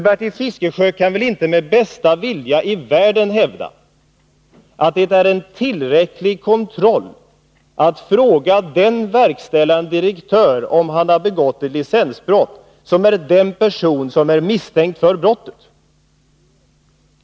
Bertil Fiskesjö kan väl inte med bästa vilja i världen hävda att det är en 23 tillräcklig kontroll att fråga den verkställande direktör som är närmast ansvarig för det misstänkta licensbrottet om han har begått det!